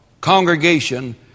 Congregation